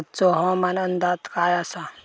आजचो हवामान अंदाज काय आसा?